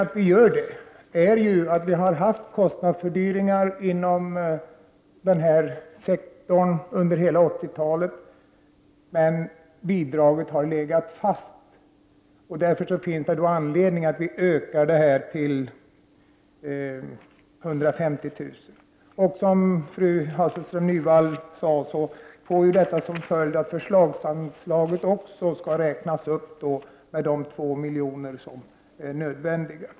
Skälet härtill är att det förekommit kostnadsfördyringar inom detta område under hela 80-talet medan bidraget har legat stilla. Maximibeloppet bör därför ökas till 150 000 kr., vilket, som fru Hasselström Nyvall sade, får till följd att också förslagsanslaget skall räknas upp med de 2 miljoner som är nödvändiga.